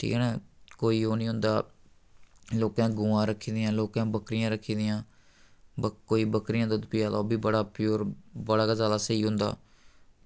ठीक ऐ ना कोई ओह् निं होंदा लोकैं गवां रक्खी दियां लोकैं बक्करियां रक्खी दियां बक कोई बक्करियां दुद्ध पिया दा ओह् बी बड़ा प्योर बड़ा गै जैदा स्हेई होंदा